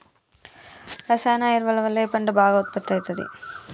రసాయన ఎరువుల వల్ల ఏ పంట బాగా ఉత్పత్తి అయితది?